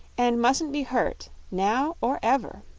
and musn't be hurt now or ever.